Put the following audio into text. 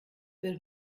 will